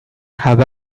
have